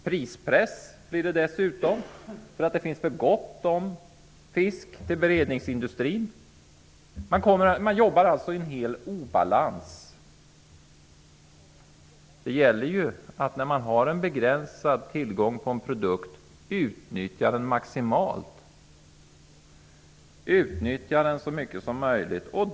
Dessutom uppstår prispress, eftersom det just då finns för gott om fisk till beredningsindustrin. Man jobbar alltså i obalans. När det är begränsad tillgång till en viss produkt gäller det att man utnyttjar tillgången maximalt.